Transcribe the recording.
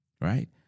right